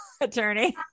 attorney